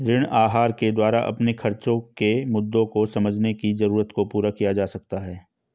ऋण आहार के द्वारा अपने खर्चो के मुद्दों को समझने की जरूरत को पूरा किया जा सकता है